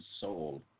soul